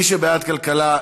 מי שבעד כלכלה,